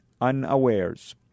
unawares